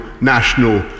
national